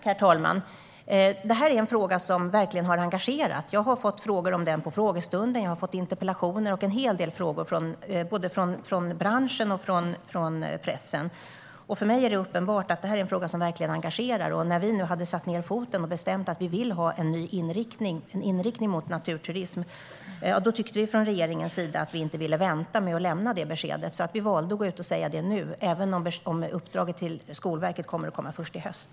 Herr talman! Det här är en fråga som verkligen har engagerat. Jag har fått frågor om den på frågestunden, interpellationer och en hel del frågor från både branschen och pressen. Det är uppenbart att det är en fråga som engagerar. När vi nu hade satt ned foten och bestämt att vi vill ha en ny inriktning mot naturturism ville regeringen inte vänta med att lämna det beskedet. Vi valde därför att gå ut och säga det nu, även om uppdraget till Skolverket kommer först i höst.